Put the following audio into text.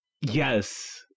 Yes